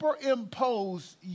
superimpose